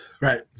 Right